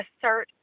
assert